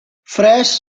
fresh